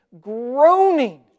groaning